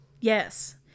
Yes